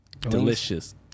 delicious